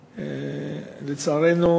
לצערנו,